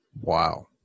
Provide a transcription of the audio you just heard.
Wow